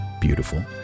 beautiful